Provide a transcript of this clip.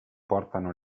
portano